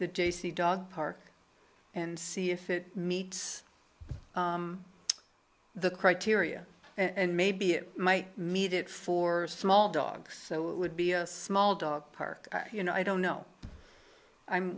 the j c dog park and see if it meets the criteria and maybe it might meet it for small dogs so it would be a small dog park you know i don't know i'm